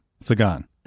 Sagan